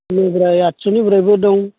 बेनिफ्राय आतस'निफ्रायबो दं